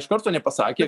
iš karto nepasakė